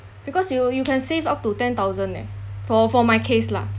because you you can save up to ten thousand eh for for my case lah